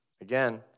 Again